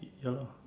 ya lah